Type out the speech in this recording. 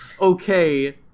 Okay